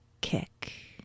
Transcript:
kick